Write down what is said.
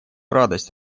радость